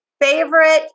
Favorite